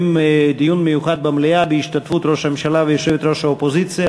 דיון מיוחד במליאה בהשתתפות ראש הממשלה ויושבת-ראש האופוזיציה,